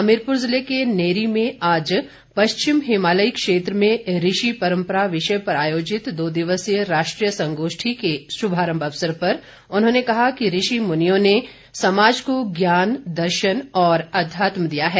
हमीरपुर जिले के नेरी में आज पश्चिम हिमालयी क्षेत्र में ऋषि परम्परा विषय पर आयोजित दो दिवसीय राष्ट्रीय संगोष्ठी के शुभारम्भ अवसर पर उन्होंने कहा कि ऋषि मुनियों ने समाज को ज्ञान दर्शन और अध्यात्म दिया है